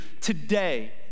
Today